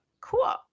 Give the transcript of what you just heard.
Cool